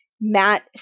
Matt